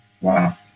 Wow